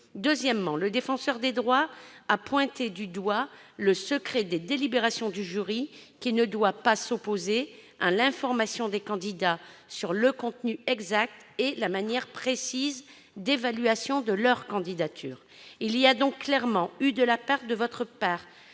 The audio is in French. ailleurs, le Défenseur des droits a pointé du doigt le secret des délibérations du jury, qui « ne doit pas s'opposer à l'information des candidats sur le contenu exact et la manière précise d'évaluation de leurs candidatures ». Il y a donc clairement eu de votre part,